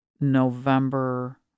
November